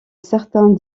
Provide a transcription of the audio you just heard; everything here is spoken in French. certains